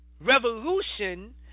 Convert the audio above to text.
revolution